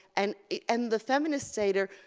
and and the feminist seder,